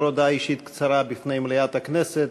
הודעה אישית קצרה לפני מליאת הכנסת.